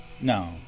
No